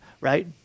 right